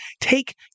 take